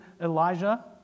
Elijah